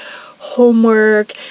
homework